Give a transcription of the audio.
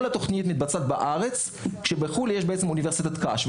התוכנית מתבצעת פה בארץ כשבחו"ל יש בעצם אוניברסיטת קש.